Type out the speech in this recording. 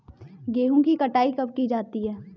गेहूँ की कटाई कब की जाती है?